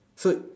so